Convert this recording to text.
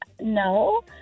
no